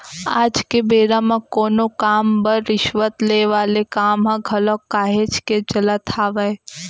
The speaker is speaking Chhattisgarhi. आज के बेरा म कोनो काम बर रिस्वत ले वाले काम ह घलोक काहेच के चलत हावय